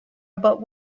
about